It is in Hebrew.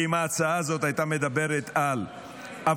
כי אם ההצעה הזאת הייתה מדברת על אברכים